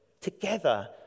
Together